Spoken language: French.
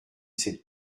sept